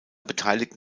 beteiligten